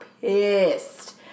pissed